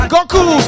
Goku